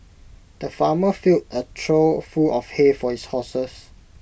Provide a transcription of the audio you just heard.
the farmer filled A trough full of hay for his horses